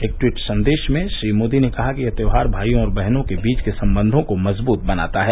एक ट्वीट संदेश में श्री मोदी ने कहा है कि यह त्यौहार भाइयों और बहनों के बीच के संबंधों को मजबूत बनाता है